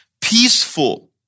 peaceful